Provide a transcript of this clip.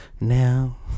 Now